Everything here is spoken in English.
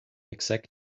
exact